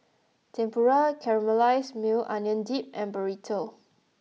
Tempura Caramelized Maui Onion Dip and Burrito